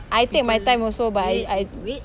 I take my time also but I I